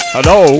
Hello